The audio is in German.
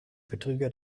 betrüger